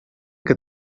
que